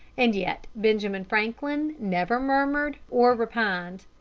and yet benjamin franklin never murmured or repined.